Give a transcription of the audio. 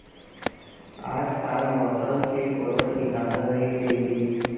आजकाल मौसम के कोनों ठिकाना नइ रइगे